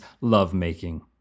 lovemaking